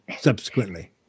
subsequently